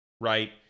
Right